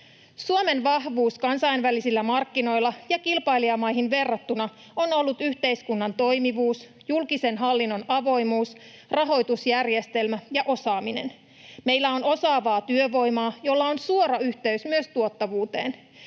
Suomen vahvuus kansainvälisillä markkinoilla ja kilpailijamaihin verrattuna on ollut yhteiskunnan toimivuus, julkisen hallinnon avoimuus, rahoitusjärjestelmä ja osaaminen. Meillä on osaavaa työvoimaa, millä on suora yhteys myös tuottavuuteen.